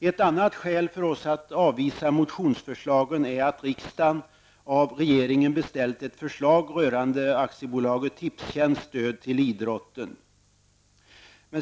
Ett annat skäl för oss att avvisa motionsförslagen är att riksdagen av regeringen beställt ett förslag rörande AB Tipstjänsts stöd till idrotten.